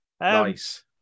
Nice